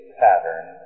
pattern